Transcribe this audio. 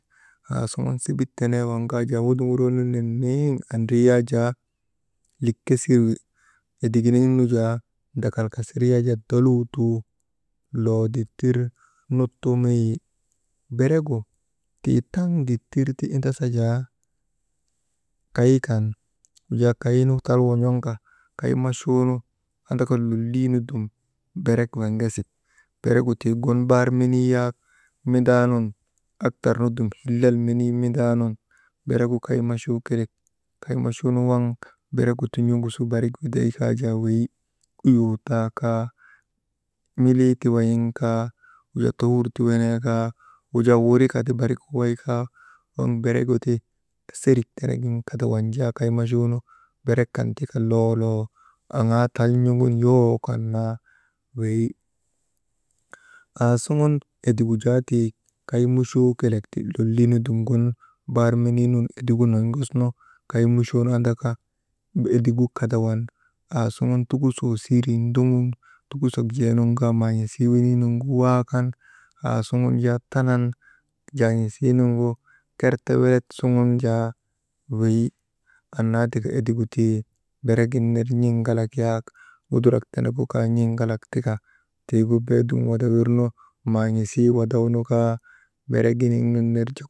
Aasugun sebit tenee waagunu kaa jaa wunduguroonu nenniiŋ aa nindrii yak jaa likkesir wi ediginiŋ nu jaa ndakalkasir yak jaa tolu tuu loo ditir nuttumiiwi. Beregu tii taŋ ditir ti indasa jaa kay kan wujaa kaynu tal wan̰oŋka kay machuunu andaka wujaa loliinu dum berek yiŋgesi, beregu tii gun bar menii yak mindaanun aktar nu dum hillal menii mindaa nun beregu kay machuu kelek kaymachuunu waŋ beregu ti n̰ogusu barik widay kaajaa weyi. Uyoo taakaa, milii ti wayinkaa, wujaa tohur ti wenee kaa, wujaa wurika ti barik waway kaa, waŋ beregu ti serik tenegin kadawan jaa kay machuunu berek kan ti ka loo loo aŋaa tal n̰ogun yowoo kan naa weyi. Aasuŋun edigu jaa tii kay muchoo kelek loliinu dum gun bar meniinun edigu non̰gosnu kay muchoonu andaka edigu kadawan aasuŋun tukusoo siirin ndogun tukusok jee nun kaa man̰isii weniinuŋgu waakan aasuŋun jaa tanan jaan̰isii nuŋgu kertewelet sugun jaa weyi, anaa tika edigu tii bere gin ner n̰iŋgalak yak kudurak tenegu kaa n̰iŋgalak tika tiigu beedum wadawirnu maan̰isii wadawnukaa bereginiŋ nun ner jok.